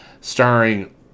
starring